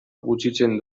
gutxitzen